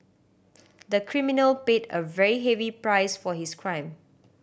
the criminal paid a very heavy price for his crime